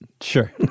Sure